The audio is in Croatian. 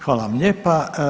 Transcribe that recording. Hvala vam lijepa.